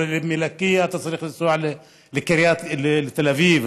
או מלקיה אתה צריך לנסוע לתל אביב,